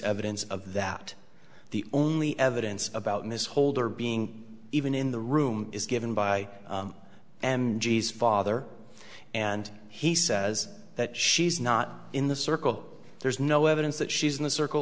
evidence of that the only evidence about ms holder being even in the room is given by and g s father and he says that she's not in the circle there's no evidence that she's